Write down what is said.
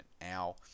Now